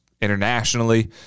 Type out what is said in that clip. internationally